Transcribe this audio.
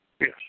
Yes